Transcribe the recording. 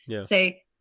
say